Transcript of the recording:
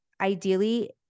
ideally